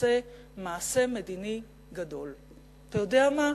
שתעשה מעשה מדיני גדול, אתה יודע מה,